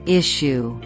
issue